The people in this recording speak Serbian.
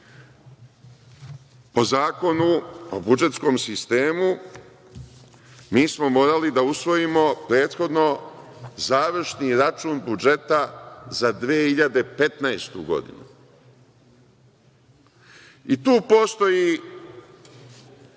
po Zakonu o budžetskom sistemu mi smo morali da usvojimo prethodno završni račun budžeta za 2015. godinu. I tu postoji